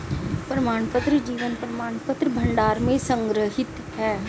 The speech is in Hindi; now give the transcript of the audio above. प्रमाणपत्र जीवन प्रमाणपत्र भंडार में संग्रहीत हैं